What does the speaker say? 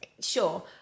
Sure